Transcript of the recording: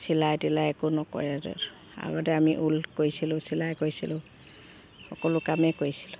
চিলাই তিলাই একো নকৰে আগতে আমি ঊণ কৰিছিলোঁ চিলাই কৰিছিলোঁ সকলো কামেই কৰিছিলোঁ